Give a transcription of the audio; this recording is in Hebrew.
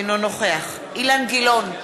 אינו נוכח אילן גילאון,